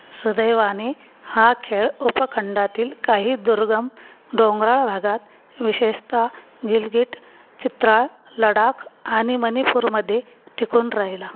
सुदैवाने हा खेळ उपखंडातील काही दुर्गम डोंगराळ भागात विशेषत गिलगिट चित्राळ लडाख आणि मणिपूरमध्ये टिकून राहिला